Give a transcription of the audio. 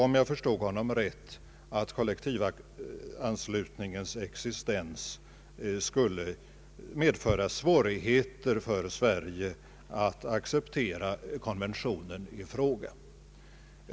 Om jag förstod honom rätt skulle kollektivanslutningens existens medföra svårigheter för Sverige att acceptera konventionen i fråga.